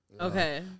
Okay